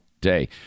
day